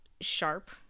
Sharp